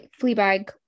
Fleabag